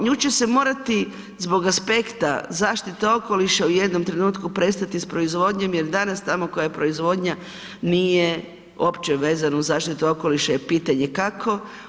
Nju će se morati zbog aspekta zaštite okoliša u jednom trenutku prestati sa proizvodnjom jer danas tamo koja je proizvodnja nije uopće vezana uz zaštitu okoliša je pitanje kako.